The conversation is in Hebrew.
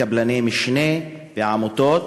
קבלני משנה, עמותות,